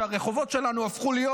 שהרחובות שלנו הפכו להיות